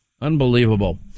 unbelievable